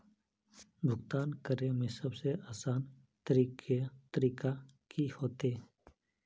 भुगतान करे में सबसे आसान तरीका की होते?